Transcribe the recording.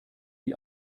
die